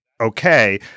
okay